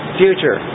future